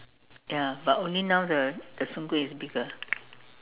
ya but only now the the Soon-Kueh is bigger